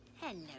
hello